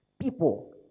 people